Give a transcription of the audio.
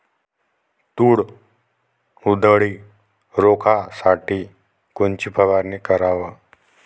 तूर उधळी रोखासाठी कोनची फवारनी कराव?